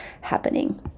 happening